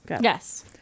Yes